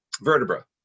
vertebra